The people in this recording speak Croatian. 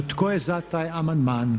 Tko je za taj amandman?